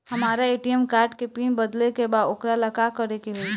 हमरा ATM card के pin बदले के बा वोकरा ला का करे के होई?